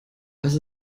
als